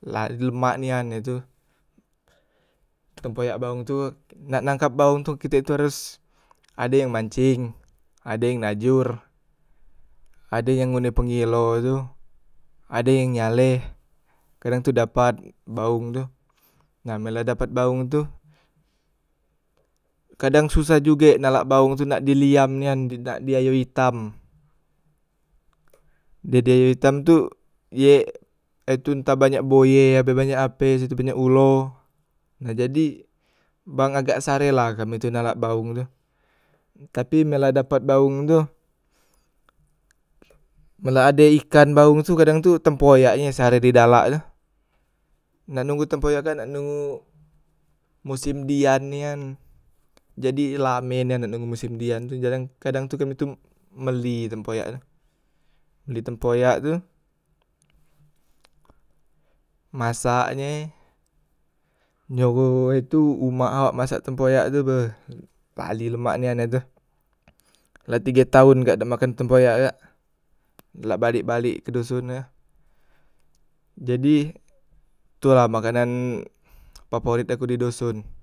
la lemak nian ye tu tempoyak baong tu, nak nagkap baong tu kite tu haros, ade yang manceng, ade yang najor, ade yang ngunde pengilo tu, ade yang nyale, kadang tu dapat baong tu, na men la dapat baong tu, kadang susah juge nalak baong tu nak di liam nian nak di ayo itam jadi ayo itam tu yek he tu entah banyak boye, ape banyak ape, ape banyak ulo, nah jadi bang agak sare la kami tu nalak baong tu, tapi men la dapat baong tu men la ade ikan baong tu kadang tu tempoyak e yang sare di nalak tu, nak nungu tempoyak kan- k, nak nungu mosem dian nian, jadi lame nian nak nungu mosem dian tu jarang, kadang tu kami tu mbeli tempoyak tu, beli tempoyak tu masak nye njogo e itu umak awak masak tempoyak tu be bali lemak nian he tu, la de tige taon kak dak makan tempoyak kak, lak balek- balek ke doson kak, jadi tu la makanan paporit aku di doson.